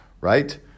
right